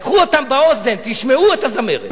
לקחו אותם באוזן: תשמעו את הזמרת.